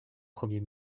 premier